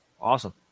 Awesome